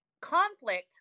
Conflict